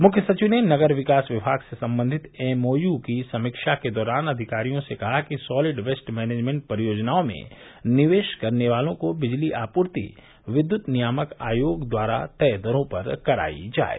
मुख्य सचिव ने नगर विकास विभाग से संबंधित एमओयू की समीक्षा के दौरान अधिकारियों से कहा कि सॉलिड वेस्ट मैनेजमेंट परियोजनाओं में निवेश करने वालों को बिजली आपूर्ति विद्युत नियामक आयोग द्वारा तय दरों पर कराई जाये